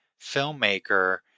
filmmaker